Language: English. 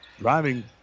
Driving